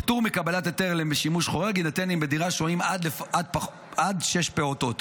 פטור מקבלת היתר לשימוש חורג יינתן אם בדירה שוהים עד שישה פעוטות.